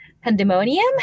pandemonium